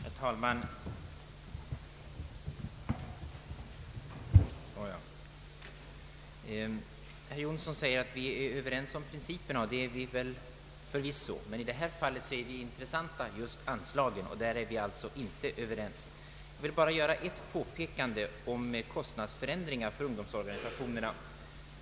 Herr talman! Herr Jonsson säger att vi är överens om principerna, och det är vi förvisso. Men i detta fall är det intressanta just anslagen, och om dem är vi alltså inte överens. Jag vill bara göra ett påpekande om kostnadsförändringar för ungdomsorganisationerna.